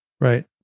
right